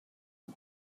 the